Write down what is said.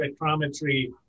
spectrometry